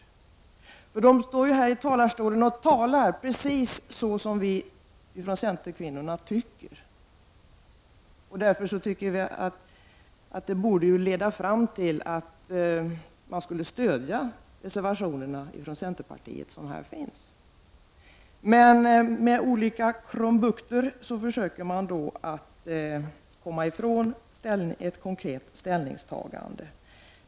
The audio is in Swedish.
De socialdemokratiska kvinnorna står ju här i talarstolen och talar precis så som vi centerkvinnor tycker, och det borde ju leda fram till att de skulle stödja reservationerna från centerpartiet. Men med olika krumbukter försöker de komma ifrån ett konkret ställningstagande.